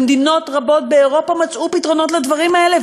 במדינות רבות באירופה מצאו פתרונות לדברים האלה,